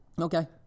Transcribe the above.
Okay